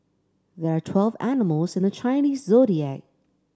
there are twelve animals in the Chinese Zodiac